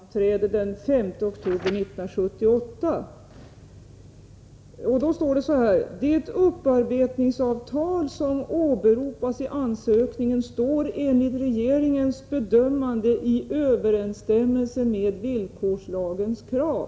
Herr talman! Jag skall be att få citera från det aktuella beslutet vid regeringen Fälldins sammanträde den 5 oktober 1978. Det står: ”Det upparbetningsavtal som åberopas i ansökningen står enligt regeringens bedömande i överensstämmelse med villkorslagens krav.”